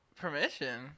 Permission